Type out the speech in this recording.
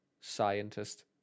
scientist